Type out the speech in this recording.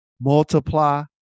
multiply